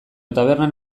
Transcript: tabernan